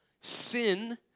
sin